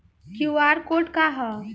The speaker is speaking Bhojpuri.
क्यू.आर कोड का ह?